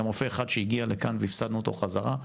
גם רופא אחד שהגיע והפסדנו אותו חזרה,